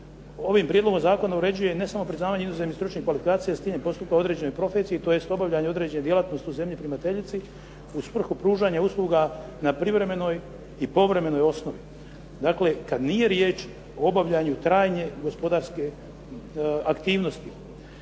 ovim prijedlogom zakona uređuje ne samo priznavanje inozemnih stručnih kvalifikacija s ciljem postupka određene profesije tj. obavljanja određene djelatnosti u zemlji primateljici u svrhu pružanja usluga na privremenoj i povremenoj osnovi, dakle kad nije riječ o obavljanju trajne gospodarske aktivnosti.